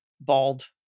bald